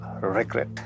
regret